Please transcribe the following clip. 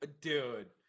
dude